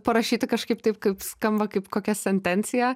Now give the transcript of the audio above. parašyti kažkaip taip kaip skamba kaip kokia sentencija